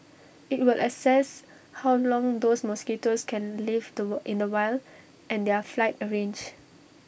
IT will assess how long those mosquitoes can live the in the wild and their flight range